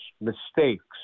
mistakes